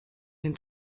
den